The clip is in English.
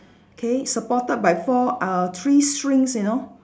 okay supported by for uh three strings you know